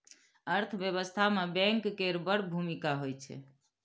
अर्थव्यवस्था मे बैंक केर बड़ भुमिका होइ छै